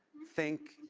think,